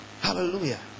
Hallelujah